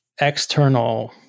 external